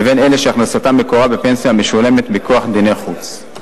לבין אלה שהכנסתם מקורה בפנסיה המשולמת מכוח דיני חוץ.